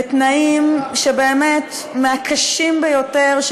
בתנאים באמת מהקשים ביותר,